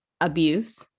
abuse